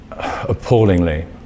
appallingly